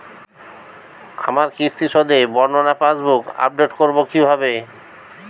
আমার কিস্তি শোধে বর্ণনা পাসবুক আপডেট করব কিভাবে?